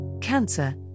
Cancer